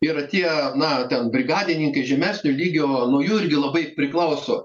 yra tie na ten brigadininkai žemesnio lygio nuo jų irgi labai priklauso